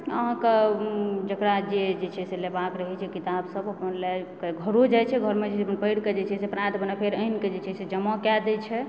अहाँकेँ जेकरा जे छै से लेबाक रहैत छै किताब सब अपन लए कऽ घरो जाइत छै घरमे अपन पढ़ि कऽ जे छै से प्रात भेने फेर आनिके जे छै से जमा कए दए छै